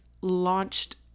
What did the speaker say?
launched